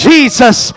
Jesus